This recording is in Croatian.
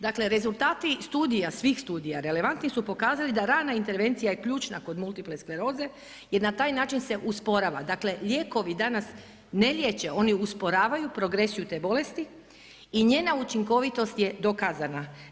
Dakle rezultati studija, svih studija, relevantni su pokazali da rana intervencija je ključna kod multiple skleroze jer na taj način se usporava, dakle lijekovi danas ne liječe, oni usporavaju progresiju te bolesti i njena učinkovitost je dokazana.